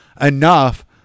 enough